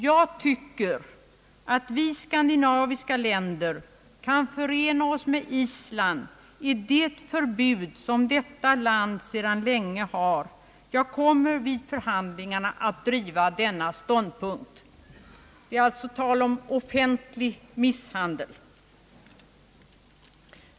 Jag tycker att vi skandinaviska länder kan förena oss med Island i det förbud som detta landet sedan länge har. Jag kommer vid förhandling arna att driva denna ståndpunkt.» Han talar alltså om offentlig misshandel.